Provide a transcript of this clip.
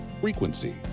Frequency